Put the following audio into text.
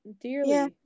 dearly